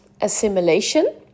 assimilation